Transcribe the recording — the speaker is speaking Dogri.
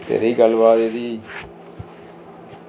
ते रेही गल्ल बात एह्दी